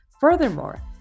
Furthermore